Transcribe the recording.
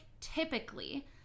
typically